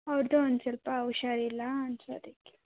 ಹೌದು ಒನ್ ಸ್ವಲ್ಪ ಹುಷಾರಿಲ್ಲ ಅಂತ ಅದಕ್ಕೆ